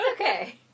Okay